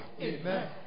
Amen